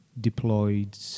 deployed